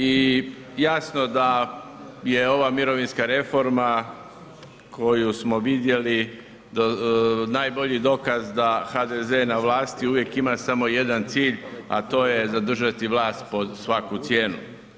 I jasno da je ova mirovinska reforma koju smo vidjeli najbolji dokaz da HDZ na vlasti uvijek ima samo jedan cilj, a to je zadržati vlast pod svaku cijenu.